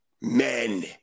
Men